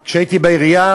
הזה כשהייתי בעירייה,